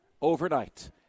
Overnight